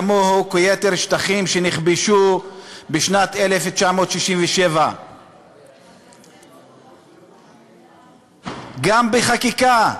כמוהו כיתר השטחים שנכבשו בשנת 1967. גם בחקיקה,